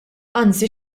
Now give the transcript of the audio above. anzi